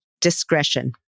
discretion